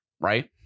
right